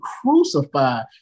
crucified